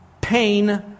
pain